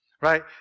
right